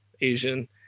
asian